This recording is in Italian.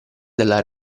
dalla